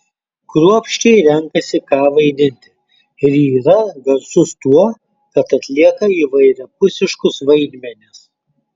kruopščiai renkasi ką vaidinti ir yra garsus tuo kad atlieka įvairiapusiškus vaidmenis